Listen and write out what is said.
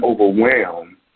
overwhelmed